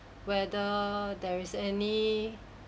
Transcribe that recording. whether there is any